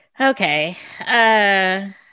okay